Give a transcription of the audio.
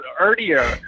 earlier